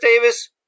Davis